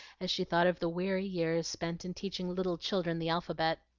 as she thought of the weary years spent in teaching little children the alphabet.